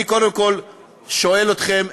אני קודם כול שואל אתכם,